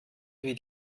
wie